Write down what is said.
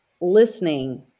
listening